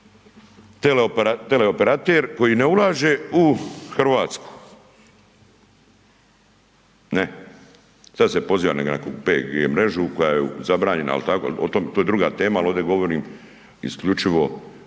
tele operater koji ne ulaže u RH, ne, sad se poziva na nekakvu PG mrežu koja je zabranjena al tako, o tom, to je druga tema, al ovdje govorim isključivo